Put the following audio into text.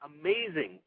amazing